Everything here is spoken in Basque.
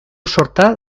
sorta